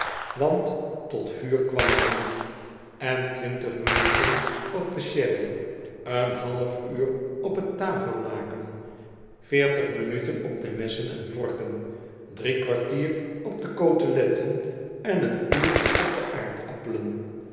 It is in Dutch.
want tot vuur kwam t niet en twintig minuten op de sherry een half uur op het tafellaken veertig minuten op de messen en vorken drie kwartier op de coteletten en een uur op de